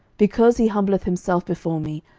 because he humbleth himself before me,